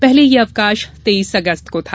पहले यह अवकाश तेईस अगस्त को था